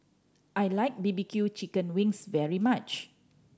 I like B B Q chicken wings very much